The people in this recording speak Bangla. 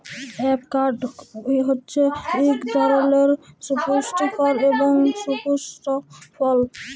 এভকাড হছে ইক ধরলের সুপুষ্টিকর এবং সুপুস্পক ফল